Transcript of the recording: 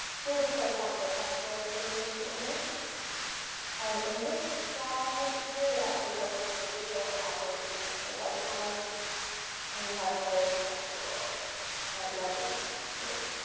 here they correspond to a textural legend beneath the image and in this slide, here they actually correspond to a visual elaboration of the lighthouse and you have another textual at legend here.